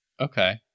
Okay